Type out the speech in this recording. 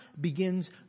begins